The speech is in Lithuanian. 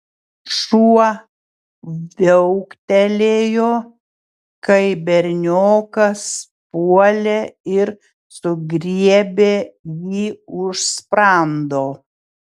šuo viauktelėjo kai berniokas puolė ir sugriebė jį už sprando